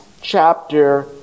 chapter